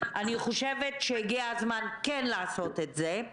אני חושבת שהגיע הזמן כן לעשות את זה.